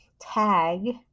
tag